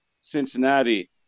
Cincinnati